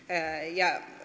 ja